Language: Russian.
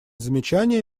замечания